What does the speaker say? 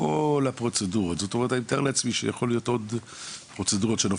אני מתאר לעצמי שישנן עוד פרוצדורות.